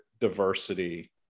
diversity